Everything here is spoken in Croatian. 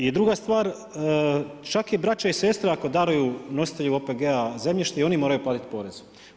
I druga stvar, čak i brat i sestra ako daruju nositelju OPG-a zemljište i oni moraju platiti porez.